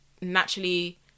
naturally